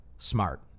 smart